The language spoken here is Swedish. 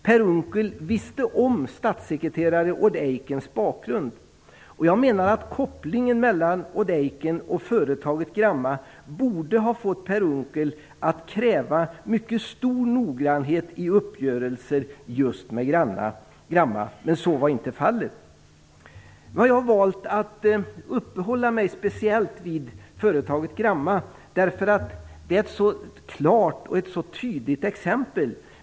Per Unckel kände till statssekreterare Odd Eikens bakgrund. Jag menar att kopplingen mellan Odd Eiken och företaget Gramma AB borde ha fått Per Unckel att kräva mycket stor noggrannhet i uppgörelser just med Gramma AB, men så var inte fallet. Jag har valt att uppehålla mig speciellt vid företaget Gramma AB, därför att det är ett så klart och tydligt exempel.